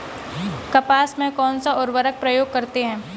कपास में कौनसा उर्वरक प्रयोग करते हैं?